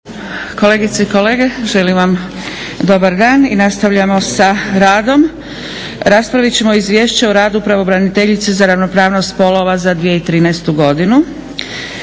Kolegice i kolege, želim vam dobar dan i nastavljamo sa radom. Raspravit ćemo - Izvješće o radu pravobraniteljice za ravnopravnost spolova za 2013. godinu